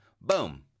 boom